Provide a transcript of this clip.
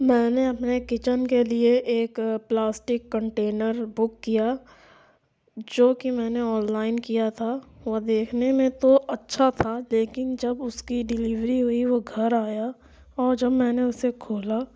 میں نے اپنے کچن کے لیے ایک پلاسٹک کنٹینر بک کیا جو کہ میں نے آن لائن کیا تھا وہ دیکھنے میں تو اچھا تھا لیکن جب اس کی ڈلیوری ہوئی وہ گھر آیا اور جب میں نے اسے کھولا